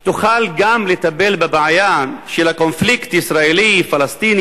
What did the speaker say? שהיא תוכל גם לטפל בבעיה של הקונפליקט הישראלי-פלסטיני,